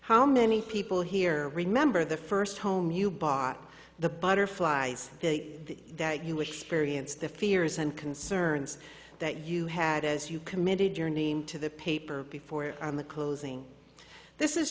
how many people here remember the first home you bought the butterflies that you wish variance the fears and concerns that you had as you committed your name to the paper before on the closing this is